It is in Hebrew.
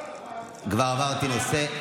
לוועדת, כבר עברתי נושא.